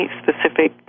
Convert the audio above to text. specific